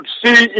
see